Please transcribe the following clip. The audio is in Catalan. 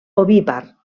ovípar